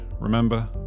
Remember